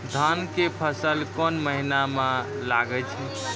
धान के फसल कोन महिना म लागे छै?